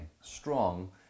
strong